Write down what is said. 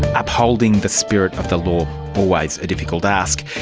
upholding the spirit of the law always a difficult ask.